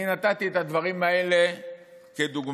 אני נתתי את הדברים האלה כדוגמה.